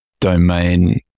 domain